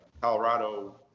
Colorado